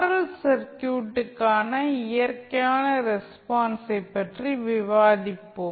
L சர்க்யூட்டுக்கான இயற்கையான ரெஸ்பான்ஸை பற்றி விவாதிப்போம்